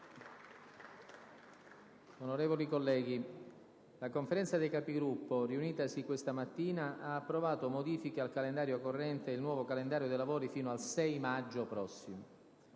Onorevoli colleghi, la Conferenza dei Capigruppo, riunitasi questa mattina, ha approvato modifiche al calendario corrente e il nuovo calendario dei lavori fino al 6 maggio prossimo.